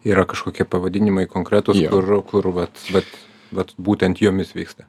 yra kažkokie pavadinimai konkretūs kur kur vat vat vat būtent jomis vyksta